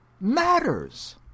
matters